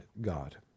God